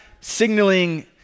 signaling